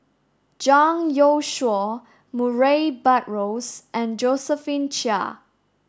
Zhang Youshuo Murray Buttrose and Josephine Chia